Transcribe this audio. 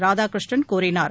ராதாகிருஷ்ணன் கூறினார்